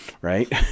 right